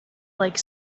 like